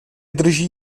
drží